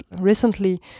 recently